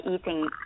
eating